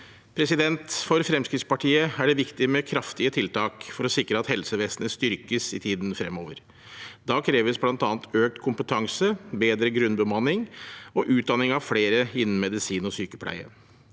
andre. For Fremskrittspartiet er det viktig med kraftige tiltak for å sikre at helsevesenet styrkes i tiden fremover. Da kreves bl.a. økt kompetanse, bedre grunnbemanning og utdanning av flere innen medisin og sykepleie.